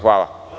Hvala.